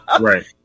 Right